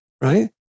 right